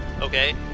Okay